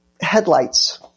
headlights